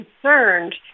concerned